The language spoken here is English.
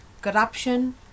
corruption